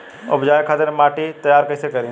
उपजाये खातिर माटी तैयारी कइसे करी?